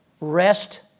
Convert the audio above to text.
Rest